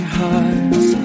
hearts